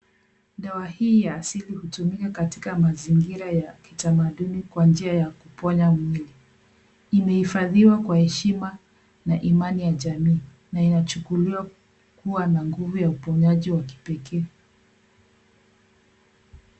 Dawa hii ya asili hutumika katika mazingira ya kitamaduni kwa njia ya kuponya mwili. Imehifadhiwa kwa heshima na imani ya jamii na inachukuliwa kuwa na nguvu ya uponyaji wa kipekee.